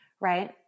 right